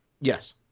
Yes